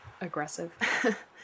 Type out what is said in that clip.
aggressive